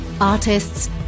artists